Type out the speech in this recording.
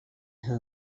her